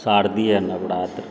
शारदीय नवरात्र